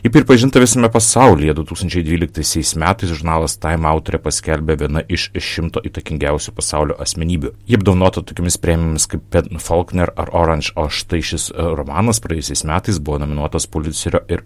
ji pripažinta visame pasaulyje du tūkstančiai dvyliktaisiais metais žurnalas taim autorę paskelbė viena iš šimto įtakingiausių pasaulio asmenybių ji apdovanota tokiomis premijomis kaip ad folkner ar orandž o štai šis romanas praėjusiais metais buvo nominuotas pulicerio ir